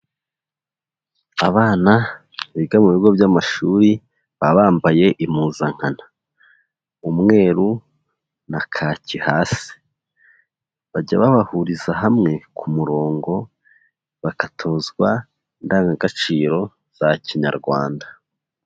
Abana biga mu bigo by'amashuri baba bambaye impuzankana; umweru na kaki hasi, bajya babahuriza hamwe ku murongo bagatozwa indangagaciro za Kinyarwanda.